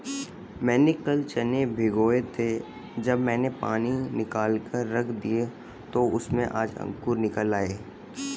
मैंने कल चने भिगोए थे जब मैंने पानी निकालकर रख दिया तो उसमें आज अंकुर निकल आए